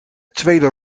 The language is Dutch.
tweede